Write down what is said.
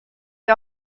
wir